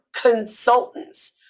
consultants